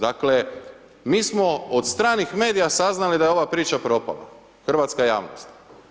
Dakle mi smo od stranih medija saznali da je ova priča propala hrvatska javnost.